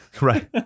Right